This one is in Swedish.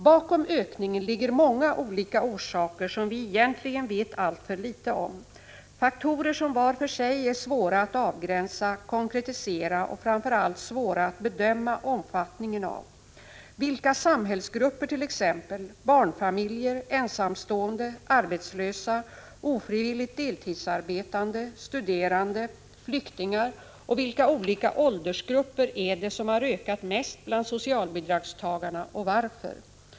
Bakom ökningen ligger många olika orsaker, som vi egentligen vet alltför litet om. Det är faktorer som var för sig är svåra att avgränsa, konkretisera och framför allt att bedöma omfattningen av. Vilka samhällsgrupper —t.ex. barnfamiljer, ensamstående, arbetslösa, ofrivilligt deltidsarbetande, studerande, flyktingar — och vilka olika åldersgrupper är det som har ökat mest bland socialbidragstagarna? Varför har de gjort det?